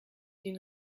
une